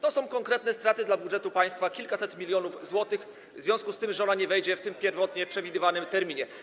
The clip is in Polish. To są konkretne straty dla budżetu państwa, kilkaset milionów złotych w związku z tym, że ona nie wejdzie w tym pierwotnie przewidywanym terminie.